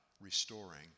restoring